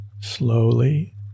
Slowly